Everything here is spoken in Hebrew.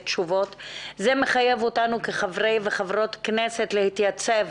זה מחייב אותנו להתייצב,